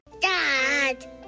dad